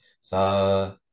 Sa